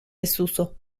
desuso